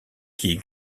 qui